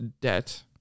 debt